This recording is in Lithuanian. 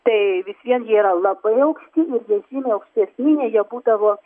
tai vis vien jie yra labai aukšti ir jie žymiai aukštesni nei jie būdavo